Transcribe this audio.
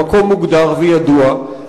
במקום מוגדר וידוע,